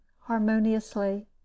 harmoniously